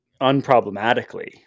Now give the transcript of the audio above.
unproblematically